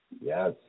Yes